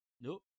Nope